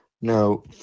No